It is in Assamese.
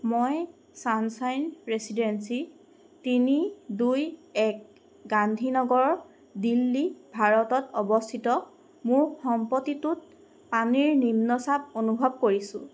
মই ছানশ্বাইন ৰেচিডেঞ্চী তিনি দুই এক গান্ধী নগৰ দিল্লী ভাৰতত অৱস্থিত মোৰ সম্পত্তিটোত পানীৰ নিম্ন চাপ অনুভৱ কৰিছোঁ